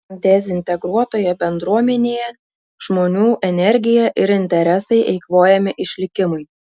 dezintegruotoje bendruomenėje žmonių energija ir interesai eikvojami išlikimui